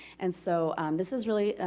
and so, this is, really,